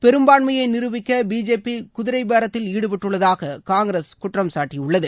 பெரும்பான்மையை நிரூபிக்க பிஜேபி குதிரை பேரத்தில் ஈடுபட்டுள்ளதாக காங்கிரஸ் குற்றம்சாட்டியுள்ளது